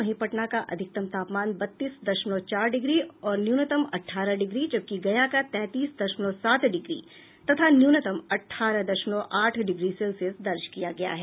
वहीं पटना का अधिकतम तापमान बत्तीस दशमलव चार डिग्री और न्यूनतम अठारह डिग्री गया का तैंतीस दशमलव सात डिग्री तथा न्यूनतम अठारह दशमलव आठ डिग्री सेल्सियस दर्ज किया गया है